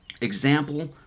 example